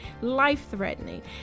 life-threatening